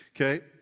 Okay